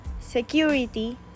security